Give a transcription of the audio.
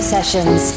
Sessions